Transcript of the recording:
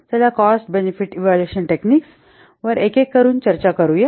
चला cost benefit evaluation techniques वर एक एक करून चर्चा करूया